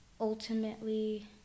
ultimately